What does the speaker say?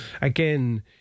again